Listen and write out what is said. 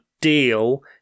deal